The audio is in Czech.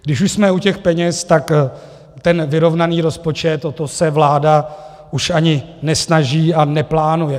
Když už jsme u těch peněz, tak ten vyrovnaný rozpočet, o to se vláda už ani nesnaží a neplánuje.